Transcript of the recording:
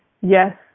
yes